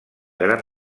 gran